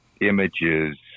images